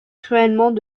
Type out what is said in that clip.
cruellement